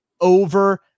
over